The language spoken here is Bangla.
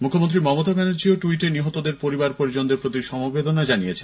মুখ্যমন্ত্রী মমতা ব্যানার্জিও টুইটে নিহতদের পরিবার পরিজনের প্রতি সমবেদনা জানিয়েছেন